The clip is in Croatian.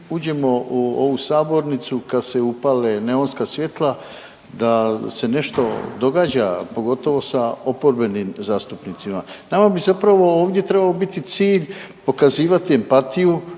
uđemo u ovu sabornicu kad se upale neonska svjetla da se nešto događa pogotovo sa oporbenim zastupnicima. Nama bi zapravo ovdje trebao biti cilj pokazivati empatiju,